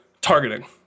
targeting